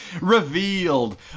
Revealed